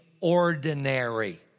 ordinary